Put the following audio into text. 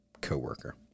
coworker